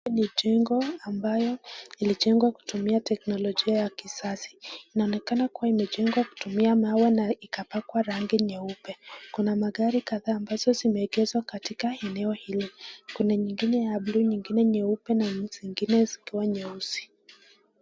Hili ni jengo ambalo lilijengwa kutumia teknolojia ya kisasa. Inaonekana kuwa imejengwa kutumia mawe na ikapakwa rangi nyeupe. Kuna magari kadhaa ambazo zimeegeshwa katika eneo hili. Kuna nyingine ya blue , nyingine nyeupe na zingine zikiwa nyeusi.